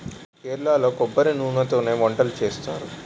కేరళలో కొబ్బరి నూనెతోనే వంటలు చేస్తారు